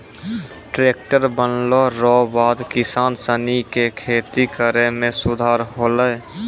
tractor बनला रो बाद किसान सनी के खेती करै मे सुधार होलै